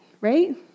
right